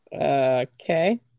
Okay